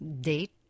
date